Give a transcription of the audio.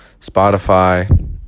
Spotify